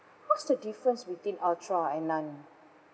what's the difference between ultra and none